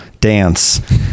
dance